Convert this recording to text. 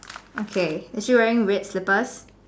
okay is she wearing red slippers